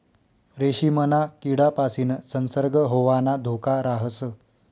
रेशीमना किडापासीन संसर्ग होवाना धोका राहस